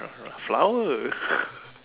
flower